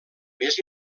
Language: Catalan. més